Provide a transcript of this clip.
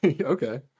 Okay